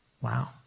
Wow